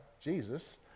Jesus